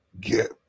get